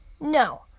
no